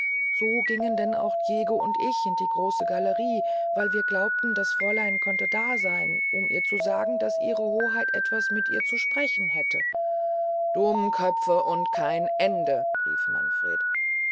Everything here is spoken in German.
so gingen denn auch diego und ich in die große gallerie weil wir glaubten das fräulein könnte da seyn um ihr zu sagen daß ihre hoheit etwas mit ihr zu sprechen hätten dummköpfe und kein ende rief manfred